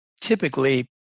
typically